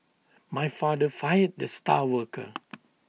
my father fired the star worker